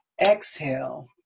exhale